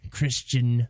Christian